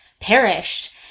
perished